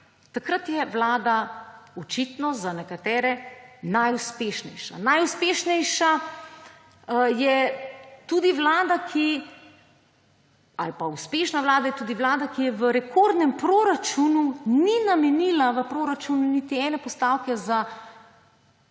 takrat je vlada očitno za nekatere najuspešnejša. Najuspešnejša je tudi vlada ali pa uspešna vlada je tudi vlada, ki v rekordnem proračunu ni namenila v proračunu niti ene postavke za